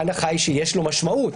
ההנחה היא שיש לו משמעות.